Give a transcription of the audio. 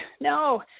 no